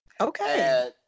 Okay